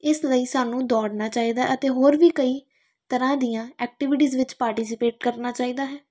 ਇਸ ਲਈ ਸਾਨੂੰ ਦੌੜਨਾ ਚਾਹੀਦਾ ਅਤੇ ਹੋਰ ਵੀ ਕਈ ਤਰ੍ਹਾਂ ਦੀਆਂ ਐਕਟੀਵਿਟੀਜ਼ ਵਿੱਚ ਪਾਰਟੀਸਪੇਟ ਕਰਨਾ ਚਾਹੀਦਾ ਹੈ